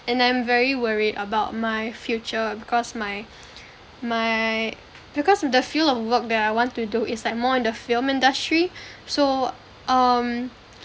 and I'm very worried about my future because my my because the field of work that I want to do is like more in the film industry so um